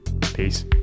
Peace